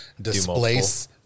displace